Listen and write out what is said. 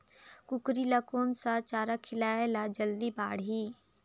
कूकरी ल कोन सा चारा खिलाय ल जल्दी बाड़ही?